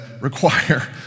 require